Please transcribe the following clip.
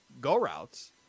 go-routes